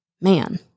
man